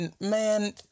man